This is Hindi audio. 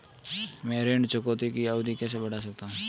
मैं ऋण चुकौती की अवधि कैसे बढ़ा सकता हूं?